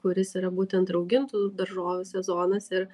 kuris yra būtent raugintų daržovių sezonas ir